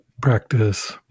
practice